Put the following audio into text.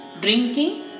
drinking